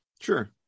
Sure